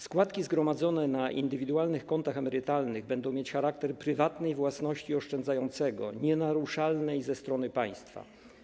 Składki zgromadzone na indywidualnych kontach emerytalnych będą mieć charakter prywatnej własności oszczędzającego nienaruszalnej ze strony państwa.